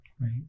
right